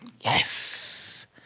Yes